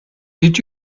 did